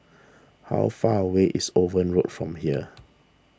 how far away is Owen Road from here